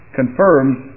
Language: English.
confirms